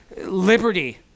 liberty